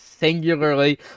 singularly